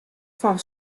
fan